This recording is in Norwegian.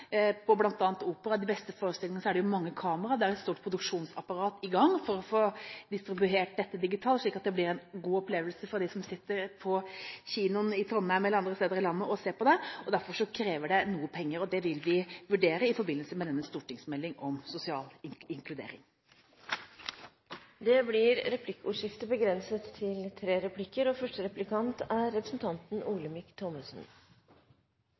de beste forestillingene i Operaen er det mange kameraer. Det er et stort produksjonsapparat i gang for å få distribuert dette digitalt, slik at det blir en god opplevelse for dem som sitter på kinoen i Trondheim eller andre steder i landet og ser på det. Derfor krever det noe penger, og det vil vi vurdere i forbindelse med stortingsmeldingen om sosial inkludering. Det blir replikkordskifte.